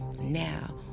Now